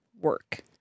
work